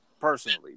personally